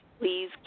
please